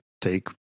take